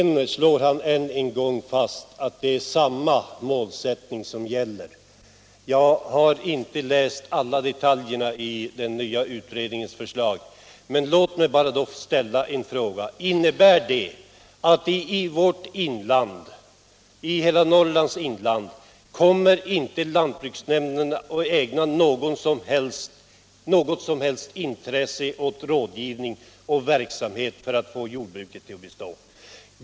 Herr Wictorsson slår vidare fast att samma målsättning som tidigare gäller i den nu avlämnade jordbruksutredningen. Jag har inte läst alla detaljer i den nya utredningens förslag, men låt mig ställa en fråga: Innebär det att lantbruksnämnderna i hela Norrlands inland inte kommer att ägna något som helst intresse åt rådgivning eller annan verksamhet för att få jordbruket att bestå i dessa bygder?